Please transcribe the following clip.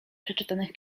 przeczytanych